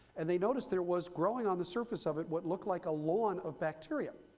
and they noticed there was growing on the surface of it what looked like a lawn of bacteria.